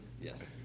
Yes